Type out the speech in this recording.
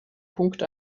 punkt